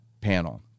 panel